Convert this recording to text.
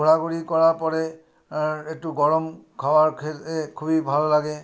ঘোরাঘুরি করার পরে একটু গরম খাওয়ার খেতে খুবই ভালো লাগে